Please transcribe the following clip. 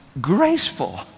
graceful